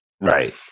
Right